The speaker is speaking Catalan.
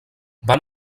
van